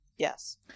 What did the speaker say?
Yes